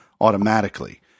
automatically